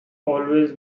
always